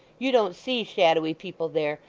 you don't see shadowy people there,